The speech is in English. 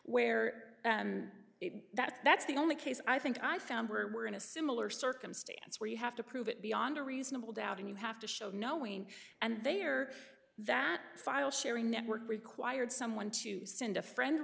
where that's that's the only case i think i found were in a similar circumstance where you have to prove it beyond a reasonable doubt and you have to show knowing and they are that file sharing network required someone to send a friend